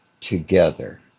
together